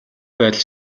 байдалд